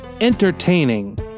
entertaining